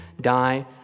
die